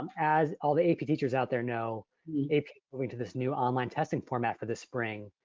um as all the ap teachers out there know ap moving to this new online testing format for the spring.